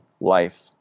life